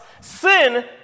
Sin